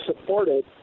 supported